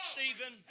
Stephen